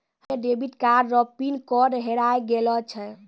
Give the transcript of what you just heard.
हमे debit card रो pin code हेराय गेलो छै